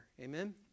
Amen